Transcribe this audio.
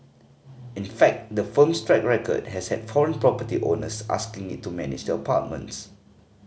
in fact the firm's track record has had foreign property owners asking it to manage their apartments